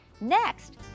Next